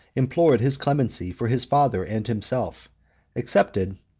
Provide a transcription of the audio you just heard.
implored his clemency for his father and himself accepted,